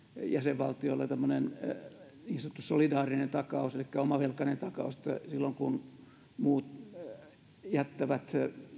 jäsenvaltioilla tämmöinen niin sanottu solidaarinen takaus elikkä omavelkainen takaus että silloin kun muut takaajat jättävät